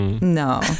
No